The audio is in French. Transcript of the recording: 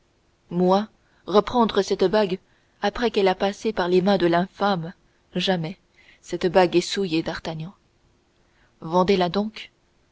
moi reprendre cette bague après qu'elle a passé par les mains de l'infâme jamais cette bague est souillée d'artagnan vendez la donc